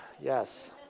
Yes